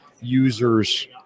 users